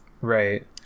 Right